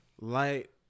light